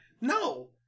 no